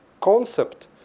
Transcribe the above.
concept